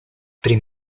pri